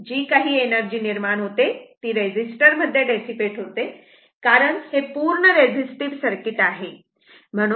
जी काही एनर्जी निर्माण होते ती रेझिस्टर मध्ये डेसिपेट होते कारण हे पूर्ण रेझिस्टिव्ह सर्किट आहे